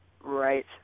Right